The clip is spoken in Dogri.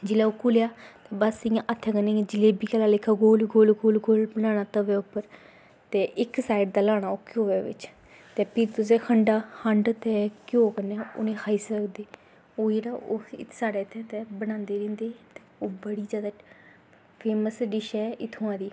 जेल्लै ओह् घुल्लेआ ते बस इ'यां हत्थै कन्नै इ'यां जलेबी आह्ला लेखा गोल गोल गोल गोल बनाना त'वै उप्पर ते इक साईड दा ल्हाना ओह् घ्यो दे बिच्च ते भी तुसें खंडा खंड ते घ्यो कन्नै उ'नें गी खाई सकदे ते ओह् जेह्ड़ा साढ़े इत्थै ते बनांदे गै रौंह्दे ओह् बड़ी जैदा फेमस डिश ऐ इत्थुआं दी